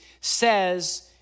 says